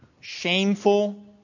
shameful